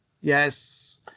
Yes